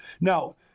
Now